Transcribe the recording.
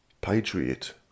Patriot